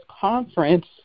conference